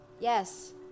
yes